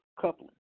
coupling